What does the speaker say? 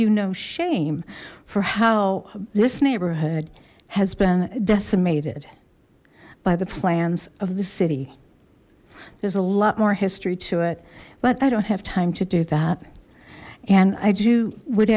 you no shame for how this neighborhood has been decimated by the plans of the city there's a lot more history to it but i don't have time to do that and i do would